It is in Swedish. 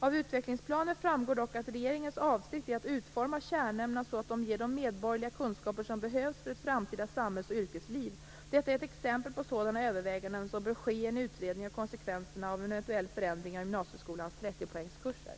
Av utvecklingsplanen framgår dock att regeringens avsikt är att utforma kärnämnena så att de ger de medborgerliga kunskaper som behövs för framtida samhälls och yrkesliv. Detta är ett exempel på sådana överväganden som bör ske i en utredning av konsekvenserna av en eventuell förändring av gymnasieskolans 30-poängskurser.